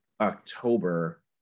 October